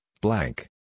blank